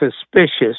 suspicious